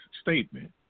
statement